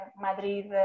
Madrid